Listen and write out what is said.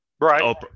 right